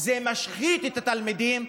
זה משחית את התלמידים.